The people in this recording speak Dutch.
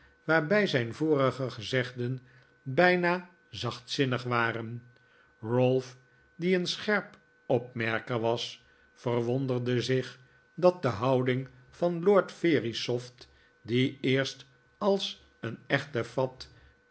waarbij zijn vorige gezegden bijna zachtzinnig waren ralph die een scherp opmerker was verwonderde zich dat de houding van lord verisopht die eerst als een echte fat